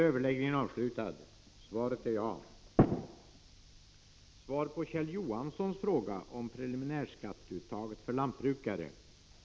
Herr talman! Jag tackar finansministern för svaret.